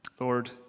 Lord